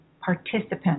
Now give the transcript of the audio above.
participant